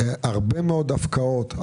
הרבה מאוד הפקעות.